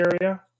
area